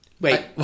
Wait